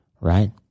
right